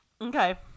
okay